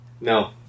No